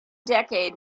decade